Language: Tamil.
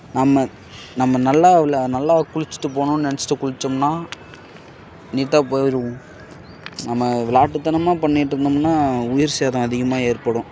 நம்ம நம்ம நல்லா உள்ளே நல்லா குளிச்சுட்டுப் போகணும்ன்னு நினச்சிட்டு குளித்தோம்னா நீட்டாக போய்டுவோம் நம்ம விளாட்டுத்தனமாக பண்ணிகிட்டு இருந்தோம்னால் உயிர் சேதம் அதிகமாக ஏற்படும்